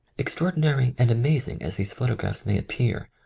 extraordinary and amazing as these photographs may appear,